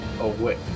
away